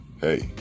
hey